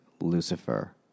Lucifer